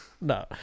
no